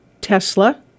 Tesla